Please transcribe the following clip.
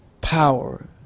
power